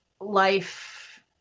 life